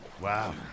Wow